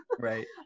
right